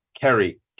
kerry